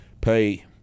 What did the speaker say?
Pay